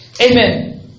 Amen